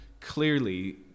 Clearly